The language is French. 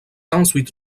ensuite